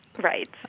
Right